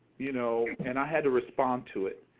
you know, and i had to respond to it.